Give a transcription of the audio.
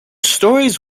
stories